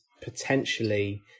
potentially